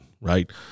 right